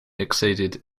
exceeded